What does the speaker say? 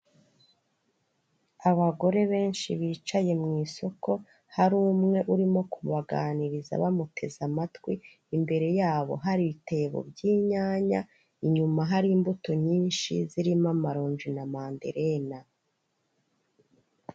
Abagore benshi bicaye mu isoko, hari umwe urimo kubaganiriza bamuteze amatwi imbere yabo hari ibitebo by'inyanya, inyuma hari imbuto nyinshi zirimo amaronji na manderena.